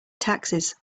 taxes